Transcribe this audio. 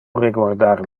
reguardar